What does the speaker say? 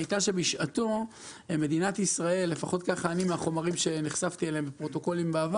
הטענה הייתה שבשעתו אני מבין כך מפרוטוקולים שנחשפתי אליהם מהעבר